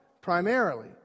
Primarily